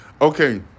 Okay